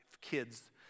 kids